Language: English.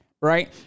right